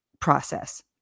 process